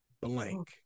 blank